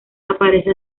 aparece